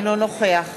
אינו נוכח